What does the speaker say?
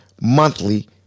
monthly